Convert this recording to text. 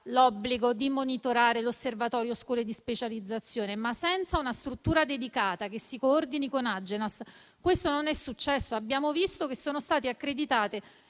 l'obbligo di monitorare l'Osservatorio scuole di specializzazione, ma senza una struttura dedicata che si coordini con Agenas, questo non è successo. Abbiamo visto - e inchieste